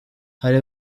hari